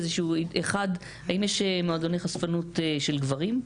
האם יש מועדוני חשפנות של גברים?